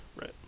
Right